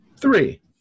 Three